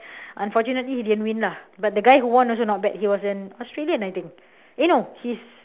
unfortunately he didn't win lah but the guy who won also not bad he was an australian I think eh no he's